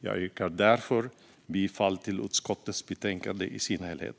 Jag yrkar därför bifall till utskottets förslag i sin helhet.